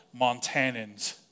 Montanans